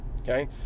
Okay